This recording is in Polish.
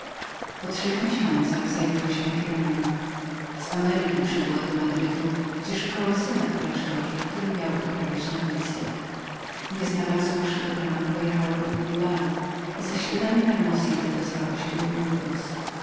po trzech miesiącach zjawiła się giralda przybywała z ameryki i była w madrycie gdzie szukała syna w klasztorze w którym miał odprawiać nowicyat nieznalazłszy go tam pojechała do bilbao i za śladami hermosita dostała się